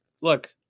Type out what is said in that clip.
look